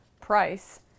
price